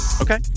Okay